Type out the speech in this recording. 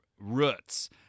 roots